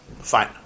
Fine